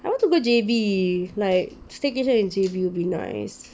I want to go J_B like staycation in J_B will be nice